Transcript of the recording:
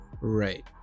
right